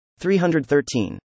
313